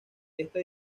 esta